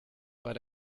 but